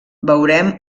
veurem